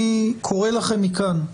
אני קורא לכם מכאן,